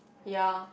ya